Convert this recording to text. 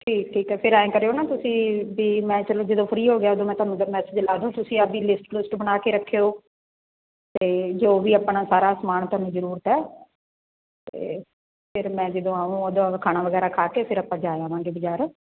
ਠੀਕ ਠੀਕ ਹੈ ਫਿਰ ਹੈ ਕਰਿਓ ਨਾ ਤੁਸੀਂ ਵੀ ਮੈਂ ਚਲੋ ਜਦੋਂ ਫਰੀ ਹੋ ਗਿਆ ਉਦੋਂ ਮੈਂ ਤੁਹਾਨੂੰ ਮੈਸੇਜ ਲਾ ਦੂ ਤੁਸੀਂ ਆਪਣੀ ਲਿਸਟ ਲੁਸਟ ਬਣਾ ਕੇ ਰੱਖਿਓ ਅਤੇ ਜੋ ਵੀ ਆਪਣਾ ਸਾਰਾ ਸਮਾਨ ਤੁਹਾਨੂੰ ਜ਼ਰੂਰਤ ਹੈ ਅਤੇ ਫਿਰ ਮੈਂ ਜਦੋਂ ਆਵਾ ਓਦੋਂ ਖਾਣਾ ਵਗੈਰਾ ਖਾ ਕੇ ਫਿਰ ਆਪਾਂ ਜਾ ਆਵਾਂਗੇ ਬਾਜ਼ਾਰ